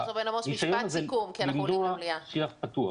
הניסיון הזה למנוע שיח פתוח.